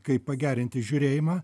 kaip pagerinti žiūrėjimą